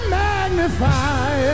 magnify